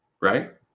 Right